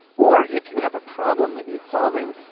or if you have a problem that needs solving.